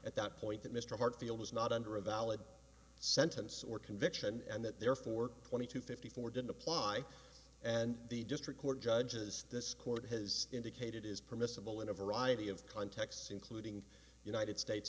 at that point that mr hartsfield was not under a valid sentence or conviction and that therefore twenty two fifty four didn't apply and the district court judges this court has indicated is permissible in a variety of contexts including united states